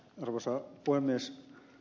arvoisa puhemies